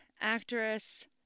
actress